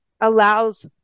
allows